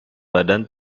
badan